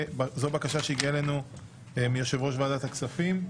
זו בקשה שהגיעה אלינו מיושב-ראש ועדת הכספים.